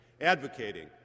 advocating